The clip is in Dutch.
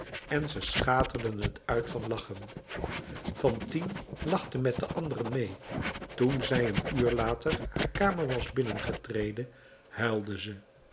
en ze schaterden t uit van lachen fantine lachte met de anderen mee toen zij een uur later haar kamer was binnengetreden huilde ze